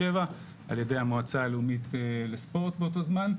על-ידי המועצה הלאומית לספורט באותו זמן,